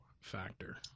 factor